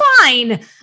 fine